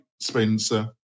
Spencer